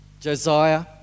Josiah